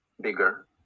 bigger